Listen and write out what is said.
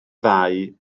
ddau